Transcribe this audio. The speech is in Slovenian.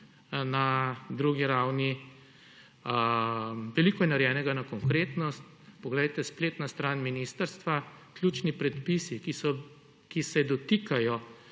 na drugi ravni. Veliko je narejenega na konkretnosti. Poglejte, spletna stran ministrstva, ključni predpisi, ki se dotikajo